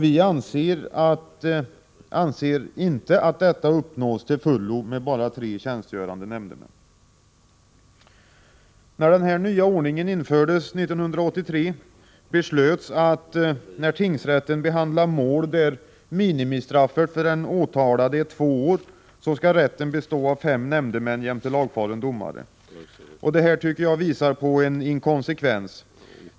Vi anser att detta inte uppnås till fullo med bara tre tjänstgörande nämndemän. När den nya ordningen infördes 1983 beslöts att när tingsrätten behandlar mål där minimistraffet för den åtalade är två år, skall rätten bestå av fem nämndemän jämte lagfaren domare. Detta visar på en inkonsekvens.